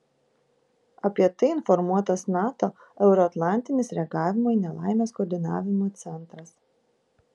apie tai informuotas nato euroatlantinis reagavimo į nelaimes koordinavimo centras